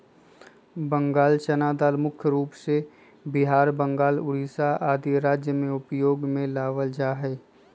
बंगाल चना दाल मुख्य रूप से बिहार, बंगाल, उड़ीसा आदि राज्य में उपयोग में लावल जा हई